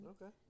Okay